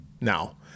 now